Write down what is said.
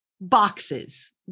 boxes